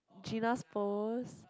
Gina's post